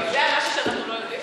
אתה יודע משהו שאנחנו לא יודעים?